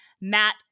Matt